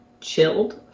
chilled